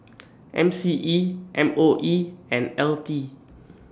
M C E M O E and L T